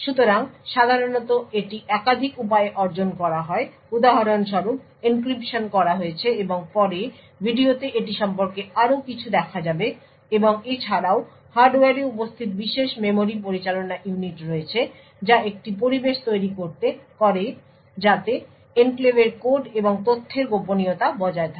সুতরাং সাধারণত এটি একাধিক উপায়ে অর্জন করা হয় উদাহরণস্বরূপ এনক্রিপশন করা হয়েছে এবং পরে ভিডিওতে এটি সম্পর্কে আরও কিছু দেখা যাবে এবং এছাড়াও হার্ডওয়্যারে উপস্থিত বিশেষ মেমরি পরিচালনা ইউনিট রয়েছে যা একটি পরিবেশ তৈরি করে যাতে এনক্লেভের কোড এবং তথ্যের গোপনীয়তা বজায় থাকে